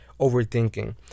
overthinking